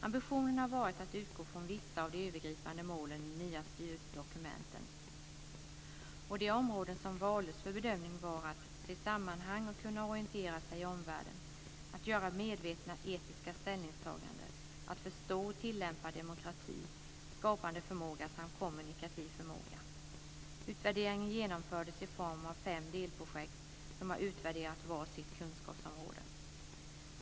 Ambitionen har varit att utgå från vissa av de övergripande målen i de nya styrdokumenten. De områden som valdes för bedömning var: att se sammanhang och kunna orientera sig i omvärlden, att göra medvetna etiska ställningstaganden, att förstå och tillämpa demokrati, skapande förmåga samt kommunikativ förmåga. Utvärderingen genomfördes i form av fem delprojekt som har utvärderat var sitt kunskapsområde.